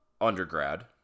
undergrad